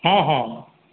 हॅं हॅं